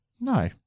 No